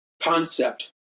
concept